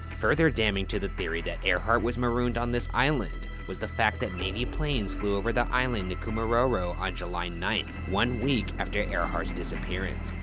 further damning to the theory that earhart was marooned on this island was the fact that navy planes flew over the island nikumaroro on july ninth, one week after earhart's disappearance,